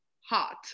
hot